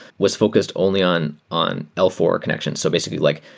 was focused only on on l four connections. so basically like,